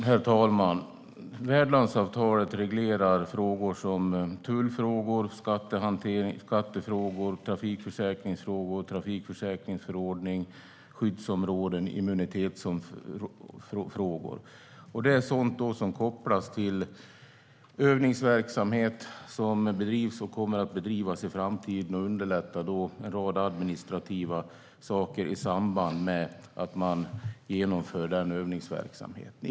Herr talman! Värdlandsavtalet reglerar tullfrågor, skattefrågor, trafikförsäkringsfrågor, trafikförsäkringsförordning, skyddsområden och immunitetsfrågor. Det är sådant som kopplas till övningsverksamhet som bedrivs och kommer att bedrivas i framtiden och underlättar då en rad administrativa saker i samband med att man bedriver övningsverksamheten.